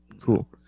Cool